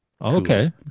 Okay